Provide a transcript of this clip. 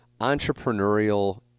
Entrepreneurial